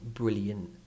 brilliant